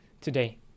today